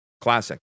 Classic